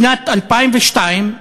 בשנת 2002,